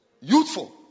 Youthful